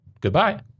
Goodbye